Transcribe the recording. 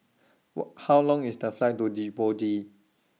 How Long IS The Flight to Djibouti